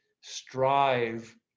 strive